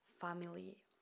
family